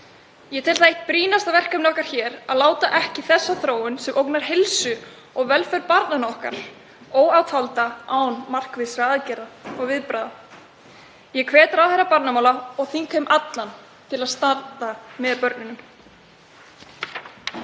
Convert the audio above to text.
Ég tel það eitt brýnasta verkefni okkar hér að láta ekki þessa þróun, sem ógnar heilsu og velferð barnanna okkar, óátalda án markvissra aðgerða og viðbragða. Ég hvet ráðherra barnamála og þingheim allan til að standa með börnunum.